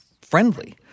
friendly